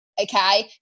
Okay